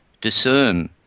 discern